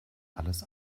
alles